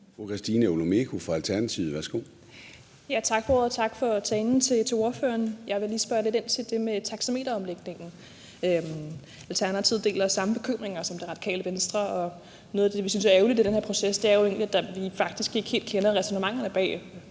Christina Olumeko (ALT): For ordet, og tak for talen til ordføreren. Jeg vil lige spørge lidt ind til det med taxameteromlægningen. Alternativet deler samme bekymringer som Radikale Venstre, og noget af det, vi synes er ærgerligt i den her proces, er jo egentlig, at vi faktisk ikke helt kender ræsonnementet bag